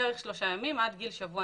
7 גור חי לשגר בממוצע.